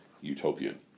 utopian